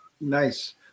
Nice